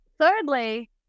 Thirdly